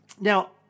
Now